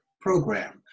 program